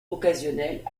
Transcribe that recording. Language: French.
occasionnelles